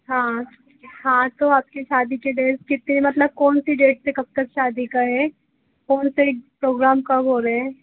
हाँ हाँ तो आपकी शादी की डेट कितने मतलब कौन सी डेट से कब तक शादी का है कौन से प्रोग्राम कब हो रहे है